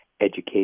education